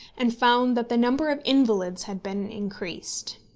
and found that the number of invalids had been increased.